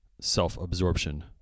self-absorption